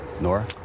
Nora